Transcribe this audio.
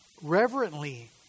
reverently